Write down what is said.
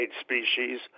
species